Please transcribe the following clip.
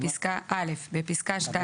(א)בפסקה (2),